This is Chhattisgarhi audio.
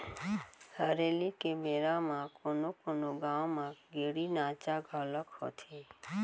हरेली के बेरा म कोनो कोनो गाँव म गेड़ी नाचा घलोक होथे